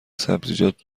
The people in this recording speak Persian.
سبزیجات